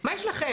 מה יש לכן?